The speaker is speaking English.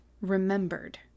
remembered